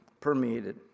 permeated